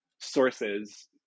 sources